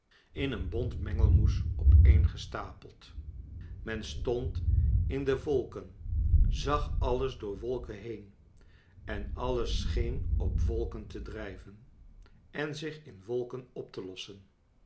in een bont mengelmoes opeengestapeld men stond in de wolken zag alles door wolken heen en alles scheen op wolken te drijven en zich in wolken op te lossen